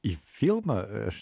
į filmą aš